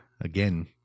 again